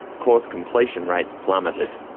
course completion rates plummeted.